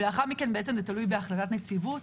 ולאחר מכן זה תלוי בהחלטת נציבות.